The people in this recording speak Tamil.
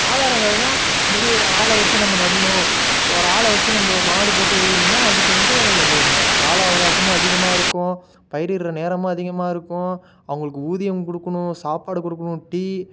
ஆதாரங்கள்னா முன்னாடி ஒரு ஆளை வச்சு நம்ம நடணும் இப்போது ஒரு ஆளை வச்சு நம்ம மாடு போட்டு உழுவணுன்னா அதுக்கு வந்து கொஞ்சம் நே காலம் அவகாசமும் அதிகமாக இருக்கும் பயிரிடுகிற நேரமும் அதிகமாக இருக்கும் அவங்களுக்கு ஊதியம் கொடுக்குணும் சாப்பாடு கொடுக்குணும் டீ